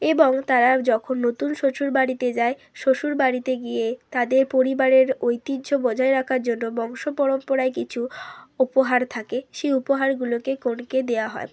এবং তারা যখন নতুন শ্বশুর বাড়িতে যায় শ্বশুর বাড়িতে গিয়ে তাদের পরিবারের ঐতিহ্য বজায় রাকার জন্য বংশ পরম্পরায় কিচু উপহার থাকে সেই উপহারগুলোকে কনেকে দেয়া হয়